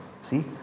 See